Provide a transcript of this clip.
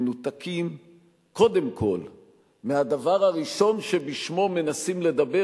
מנותקים קודם כול מהדבר הראשון שבשמו מנסים לדבר